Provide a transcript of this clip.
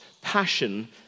passion